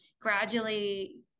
gradually